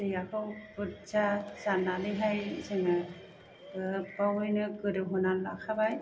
दैयाखौ बुरज्जा जान्नानैहाय जोङो गोबावैनो गोदौहोनानै लाखाबाय